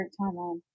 timeline